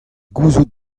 gouzout